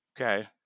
Okay